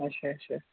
اَچھا اَچھا